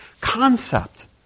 concept